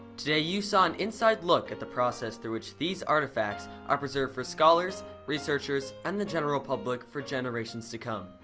today you saw an inside look at the process through which these artifacts are preserved for scholars, researchers and the general public for generations to come.